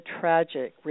tragic